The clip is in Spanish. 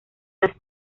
las